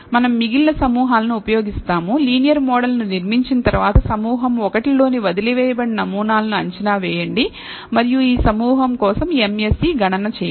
మనం మిగిలిన సమూహాలను ఉపయోగిస్తాము లీనియర్ మోడల్ ను నిర్మించి తరువాత సమూహం 1 లోని వదిలివేయబడిన నమూనాల ను అంచనా వేయండి మరియు ఈ సమూహం కోసం MSE గణన చేయండి